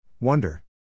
Wonder